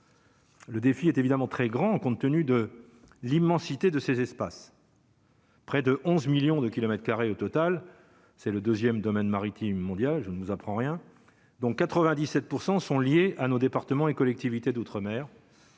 Le défi est évidemment très grand compte tenu de l'immensité de ces espaces. Près de 11 millions de kilomètres carrés au total, c'est le 2ème domaine maritime mondial, je ne vous apprends rien dont 97 % sont liés à nos départements et collectivités d'Outre-Mer.